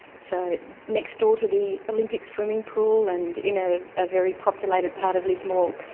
so next door to the olympic swimming pool and in a ah very populated part of lismore,